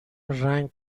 رنگ